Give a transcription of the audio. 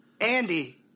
Andy